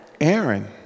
Aaron